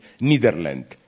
Netherlands